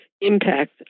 impact